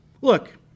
Look